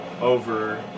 over